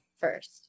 First